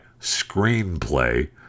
screenplay